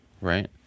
right